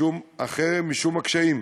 משום החרם, משום הקשיים.